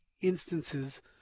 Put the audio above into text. instances